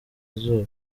izuba